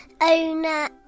owner